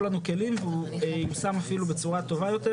לנו כלים והוא ייושם אפילו בצורה טובה יותר.